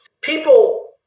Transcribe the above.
People